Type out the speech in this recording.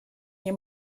nie